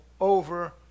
over